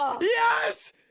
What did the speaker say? Yes